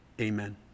amen